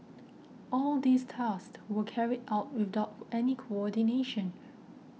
all these tasks were carried out without any coordination